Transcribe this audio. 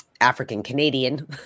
African-Canadian